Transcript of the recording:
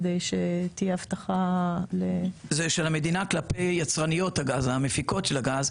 כדי שתהיה הבטחה --- זה של המדינה כלפי המפיקות של הגז,